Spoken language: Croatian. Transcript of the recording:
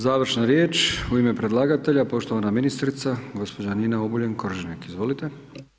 Završna riječ u ime predlagatelja poštovana ministrica gospođa Nina Obuljen Koržinek, izvolite.